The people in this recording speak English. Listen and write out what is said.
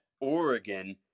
Oregon